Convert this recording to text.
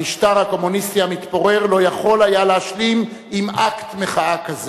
המשטר הקומוניסטי המתפורר לא יכול היה להשלים עם אקט מחאה כזה.